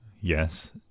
yes